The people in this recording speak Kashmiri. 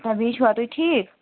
آ بیٚیہِ چھِوا تُہۍ ٹھیٖک